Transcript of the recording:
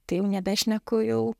tai jau nebešneku jau